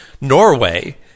Norway